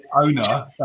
owner